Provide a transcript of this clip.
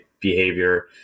behavior